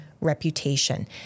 reputation